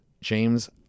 James